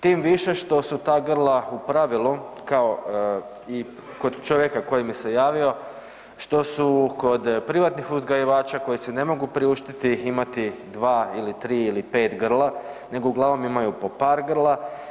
Tim više što su ta grla u pravilu kao i kod čovjeka koji mi se javio, što su kod privatnih uzgajivača koji si ne mogu priuštiti ih imati 2 ili 3 ili 5 grla, nego uglavnom imaju po par grla.